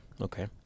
okay